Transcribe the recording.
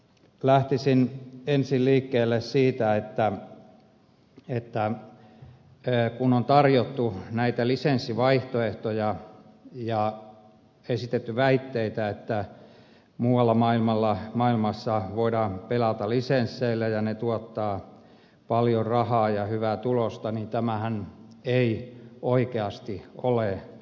lähtisin ensin liikkeelle siitä että kun on tarjottu näitä lisenssivaihtoehtoja ja esitetty väitteitä että muualla maailmassa voidaan pelata lisensseillä ja ne tuottavat paljon rahaa ja hyvää tulosta niin tämähän ei oikeasti ole totta